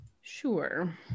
Sure